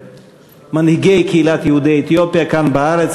מנהיגי קהילת יהודי אתיופיה כאן בארץ,